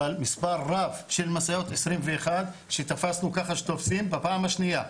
אבל כן זוכר מספר רב של משאיות - 21 - שתפסנו ככה בפעם השנייה.